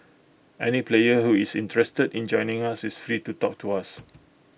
any player who is interested in joining us is free to talk to us